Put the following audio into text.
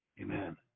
Amen